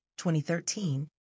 2013